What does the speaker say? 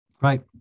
Right